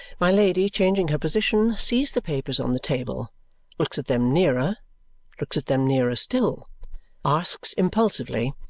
my lady, changing her position, sees the papers on the table looks at them nearer looks at them nearer still asks impulsively,